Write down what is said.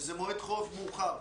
שזה מועד חורף מאוחר,